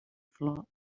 flor